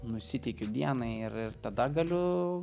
nusiteikiu dienai ir ir tada galiu